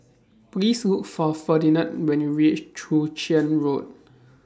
Please Look For Ferdinand when YOU REACH Chwee Chian Road